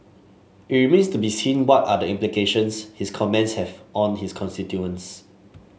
it remains to be seen what are the implications his comments have on his constituents